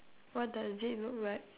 what does it look like